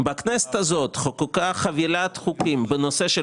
בכנסת הזו חוקקה חבילת חוקים בנושא של